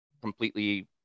completely